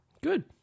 Good